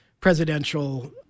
presidential